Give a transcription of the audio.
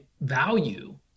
value